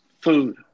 food